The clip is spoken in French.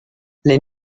les